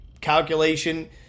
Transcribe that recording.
calculation